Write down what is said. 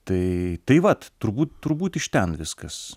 tai tai vat turbūt turbūt iš ten viskas